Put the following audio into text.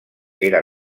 era